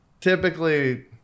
typically